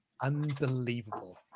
Unbelievable